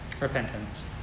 repentance